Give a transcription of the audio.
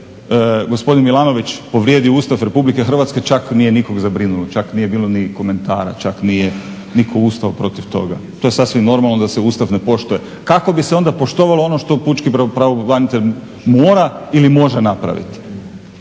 kako bi se onda poštovalo ono što pučki pravobranitelj mora ili može napraviti.